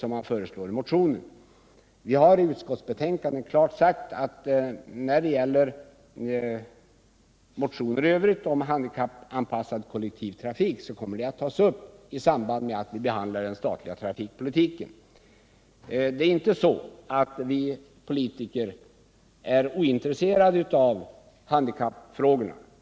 Vi har i utskottsbetänkandet klart sagt att motioner i övrigt om handikappanpassad kollektivtrafik kommer att tas upp i samband med att vi behandlar den statliga trafikpolitiken. Det är inte så att vi politiker är ointresserade av handikappfrågorna.